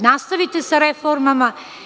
Nastavite sa reformama.